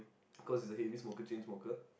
cause he's a heavy smoker chain smoker